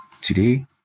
Today